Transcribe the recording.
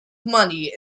money